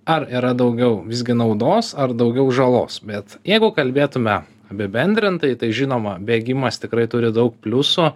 ar yra daugiau visgi naudos ar daugiau žalos bet jeigu kalbėtume apibendrintai tai žinoma bėgimas tikrai turi daug pliusų